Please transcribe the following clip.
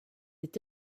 est